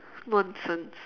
nonsense